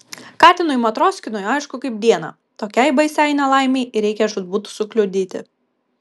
katinui matroskinui aišku kaip dieną tokiai baisiai nelaimei reikia žūtbūt sukliudyti